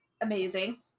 Amazing